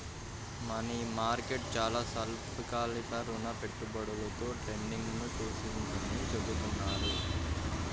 money market చాలా స్వల్పకాలిక రుణ పెట్టుబడులలో ట్రేడింగ్ను సూచిస్తుందని చెబుతున్నారు